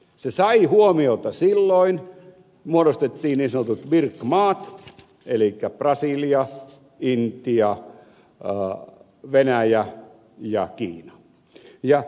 se sai huomiota silloin muodostettiin niin sanotut bric maat elikkä brasilia intia venäjä ja kiina